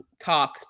talk